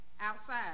outside